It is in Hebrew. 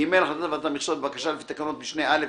(ג)החלטת ועדת המכסות בבקשה לפי תקנות משנה (א)